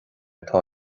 atá